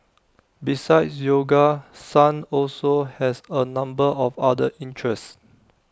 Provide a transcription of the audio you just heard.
besides yoga sun also has A number of other interests